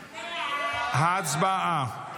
הצבעה.